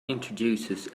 introduces